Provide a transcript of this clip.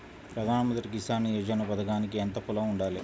ప్రధాన మంత్రి కిసాన్ యోజన పథకానికి ఎంత పొలం ఉండాలి?